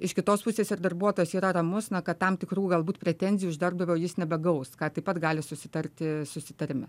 iš kitos pusės ir darbuotojas yra ramus na kad tam tikrų galbūt pretenzijų iš darbdavio jis nebegaus ką taip pat gali susitarti susitarime